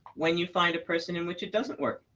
when you find a person in which it doesn't work,